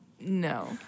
no